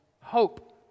hope